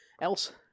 else